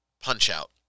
Punch-Out